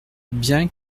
bien